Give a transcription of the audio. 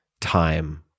time